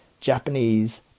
Japanese